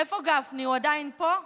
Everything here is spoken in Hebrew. איפה גפני, הוא עדיין פה?